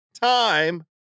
time